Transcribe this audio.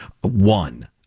One